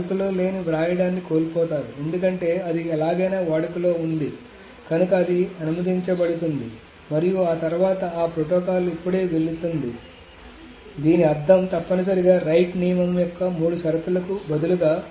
వాడుకలో లేని వ్రాయడాన్ని కోల్పోతారు ఎందుకంటే అది ఎలాగైనా వాడుకలో ఉంది కనుక ఇది అనుమతించబడుతుంది మరియు ఆ తర్వాత ఆ ప్రోటోకాల్ ఇప్పుడే వెళుతుంది కాబట్టి దీని అర్థం తప్పనిసరిగా రైట్ నియమం యొక్క మూడు షరతులకు బదులుగా